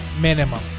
Minimum